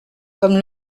comme